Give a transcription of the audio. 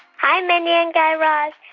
hi, mindy and guy raz.